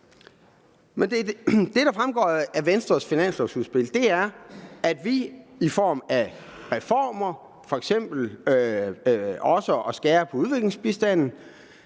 Jamen det, der fremgår af Venstres finanslovudspil, er, at vi i form af reformer, f.eks. også at skære ned på udviklingsbistanden,